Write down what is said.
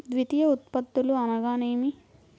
ద్వితీయ ఉత్పత్తులు అనగా నేమి?